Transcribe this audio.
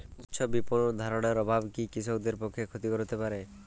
স্বচ্ছ বিপণন ধারণার অভাব কি কৃষকদের পক্ষে ক্ষতিকর হতে পারে?